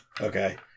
Okay